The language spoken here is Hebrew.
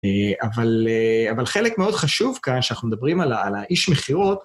אבל חלק מאוד חשוב כאן, כשאנחנו מדברים על האיש מכירות,